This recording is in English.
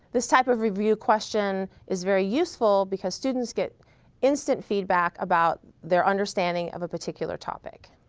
this type of review question is very useful because students get instant feedback about their understanding of a particular topic.